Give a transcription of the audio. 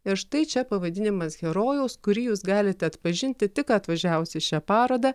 ir štai čia pavadinimas herojaus kurį jūs galite atpažinti tik atvažiavus į šią parodą